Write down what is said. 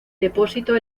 depósito